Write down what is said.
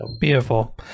Beautiful